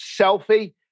selfie